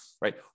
Right